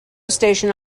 station